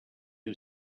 who